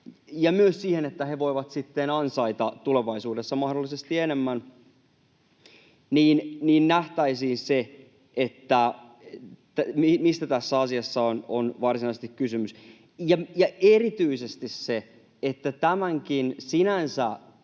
ja myös siihen, että he voivat sitten ansaita tulevaisuudessa mahdollisesti enemmän —, mistä tässä asiassa on varsinaisesti kysymys, ja nähdä erityisesti se, että tämänkin sinänsä